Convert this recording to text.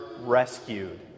rescued